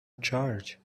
charge